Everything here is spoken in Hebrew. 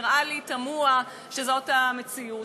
נראה לי תמוה שזאת המציאות,